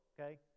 okay